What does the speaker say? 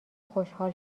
خوشحال